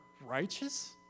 righteous